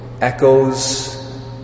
echoes